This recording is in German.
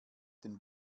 den